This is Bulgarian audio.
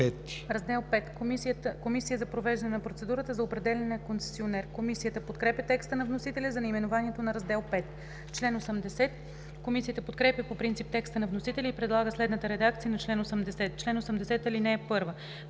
„Раздел V – Комисия за провеждане на процедурата за определяне на концесионер“. Комисията подкрепя текста на вносителя за наименованието на Раздел V. Комисията подкрепя по принцип текста на вносителя и предлага следната редакция на чл. 80: „Чл. 80. (1)